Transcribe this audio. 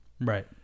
Right